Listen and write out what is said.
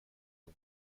nom